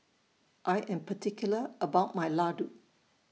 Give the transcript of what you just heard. I Am particular about My Ladoo